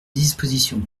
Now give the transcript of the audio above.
dispositions